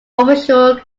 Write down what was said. official